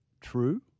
true